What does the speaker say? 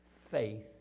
faith